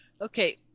okay